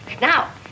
Now